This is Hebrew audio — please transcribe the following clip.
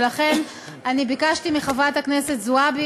ולכן ביקשתי מחברת הכנסת זועבי,